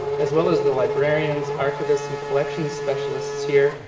as well as the librarians, archivists, and collection specialists here,